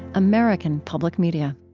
american public media